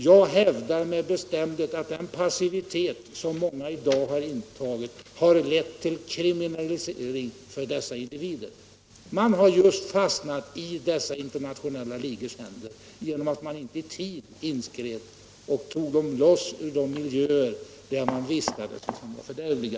Jag hävdar med bestämdhet att den passiva hållning som många i dag intar har lett till kriminalitet hos dessa individer, som har fastnat i internationella ligors händer, därför att man inte i tid har inskridit och tagit bort dem från de miljöer som man vet är fördärvliga.